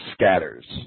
scatters